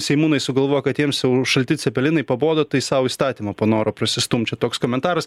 seimūnai sugalvojo kad jiems šalti cepelinai pabodo tai sau įstatymą panoro prasistumt čia toks komentaras